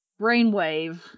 brainwave